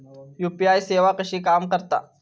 UPI सेवा कशी काम करता?